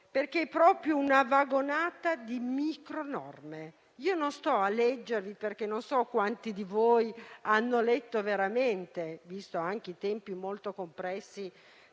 mancia. È proprio una vagonata di micronorme. Non le leggerò, anche perché non so quanti di voi abbiano letto veramente, visti anche i tempi molto compressi,